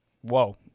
whoa